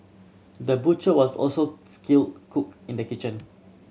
the butcher was also skilled cook in the kitchen